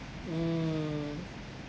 mm